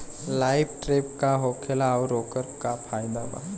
Light trap का होखेला आउर ओकर का फाइदा बा?